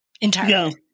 entirely